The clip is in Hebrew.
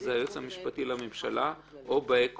זה היועץ המשפטי לממשלה או באי כוחו,